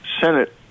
Senate